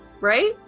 Right